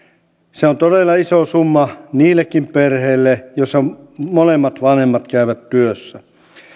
se on todella iso summa niillekin perheille joissa molemmat vanhemmat käyvät työssä